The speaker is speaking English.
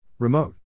Remote